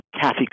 Kathy